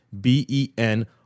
B-E-N